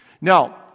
Now